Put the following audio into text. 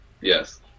Yes